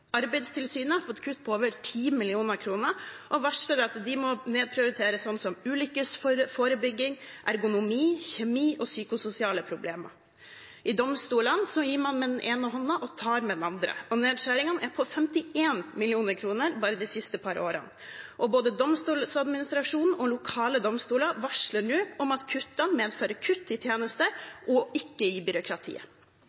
Arbeidstilsynet har fått kutt på over 10 mill. kr og varsler at de må nedprioritere ulykkesforebygging, ergonomi, kjemi og psykososiale problemer. Når det gjelder domstolene, gir man med den ene hånden og tar med den andre, og nedskjæringene er på 51 mill. kr bare de siste par årene. Og Domstolsadministrasjonen og lokale domstoler varsler nå om at kuttene medfører kutt i tjenester